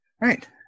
right